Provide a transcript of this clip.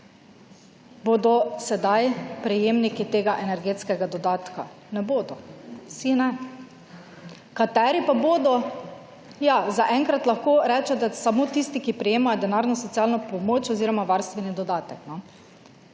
let, bodo sedaj prejemniki tega energetskega dodatka. Ne bodo, vsi ne. Kateri pa bodo? Ja, zaenkrat lahko rečete samo tisti, ki prejemajo denarno socialno pomoč oziroma varstveni dodatek